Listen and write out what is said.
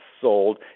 sold